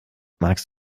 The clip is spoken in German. magst